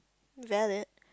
valid